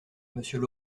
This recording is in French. monsieur